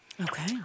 okay